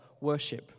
worship